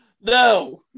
No